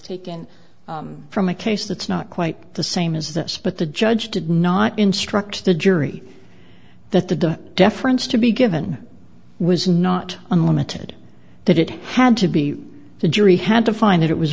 taken from a case that's not quite the same as this but the judge did not instruct the jury that the deference to be given was not unlimited that it had to be the jury had to find that it was